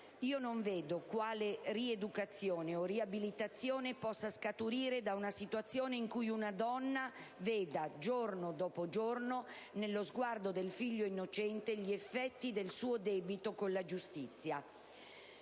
Io non vedo quale rieducazione o riabilitazione possa scaturire da una situazione in cui una donna veda giorno dopo giorno, nello sguardo del figlio innocente, gli effetti del suo debito con la giustizia.